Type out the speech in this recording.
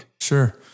Sure